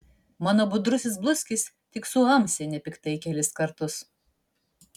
mano budrusis bluskis tik suamsi nepiktai kelis kartus